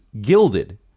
gilded